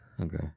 Okay